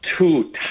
Two